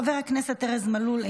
חבר הכנסת ארז מלול,